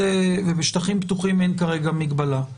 ובשטחים פתוחים אין כרגע מגבלה.